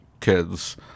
kids